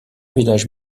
village